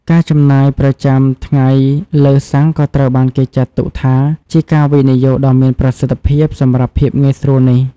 ការចំណាយប្រចាំថ្ងៃលើសាំងក៏ត្រូវបានគេចាត់ទុកថាជាការវិនិយោគដ៏មានប្រសិទ្ធភាពសម្រាប់ភាពងាយស្រួលនេះ។